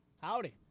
Howdy